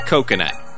Coconut